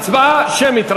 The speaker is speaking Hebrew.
בהצבעה שמית,